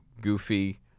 goofy